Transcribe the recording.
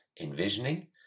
envisioning